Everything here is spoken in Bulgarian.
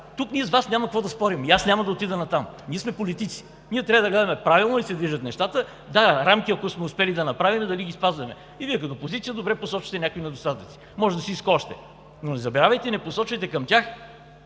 Тук ние с Вас няма какво да спорим и аз няма да отида натам. Ние сме политици. Ние трябва да гледаме правилно ли се движат нещата. Да, рамки ако сме успели да направим, дали ги спазваме. И Вие като опозиция добре посочвате някои недостатъци. Може да се иска още. Но не забравяйте и не посочвайте към тях